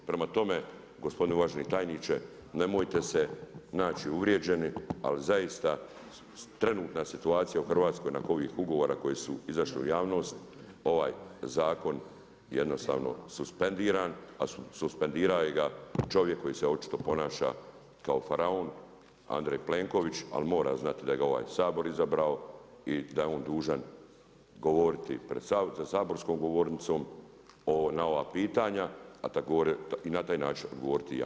Prema tome, gospodine uvaženi tajniče nemojte se naći uvrijeđeni, ali zaista, trenutna situacija u Hrvatskoj nakon ovih ugovora koji su izašli u javnost, ovaj zakon jednostavno suspendiran, a suspendiraju ga čovjek koji se očito ponaša kao faraon Andrej Plenković, ali mora znati da ga je ovaj Sabor izabrao i da je on dužan govoriti pred saborskom govornicom na ova pitanja, i na taj način odgovoriti javnosti.